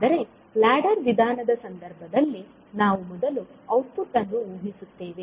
ಆದರೆ ಲ್ಯಾಡರ್ ವಿಧಾನದ ಸಂದರ್ಭದಲ್ಲಿ ನಾವು ಮೊದಲು ಔಟ್ಪುಟ್ ಅನ್ನು ಊಹಿಸುತ್ತೇವೆ